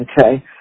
okay